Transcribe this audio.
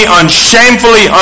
unshamefully